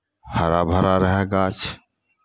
हरा भरा रहय गाछ